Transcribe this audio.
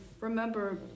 Remember